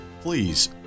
Please